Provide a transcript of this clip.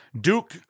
Duke